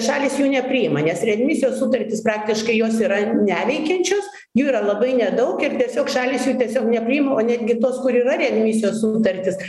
šalys jų nepriima nes readmisijos sutartys praktiškai jos yra neveikiančios jų yra labai nedaug ir tiesiog šalys jų tiesiog nepriima o netgi tos kur yra readmisijos sutartys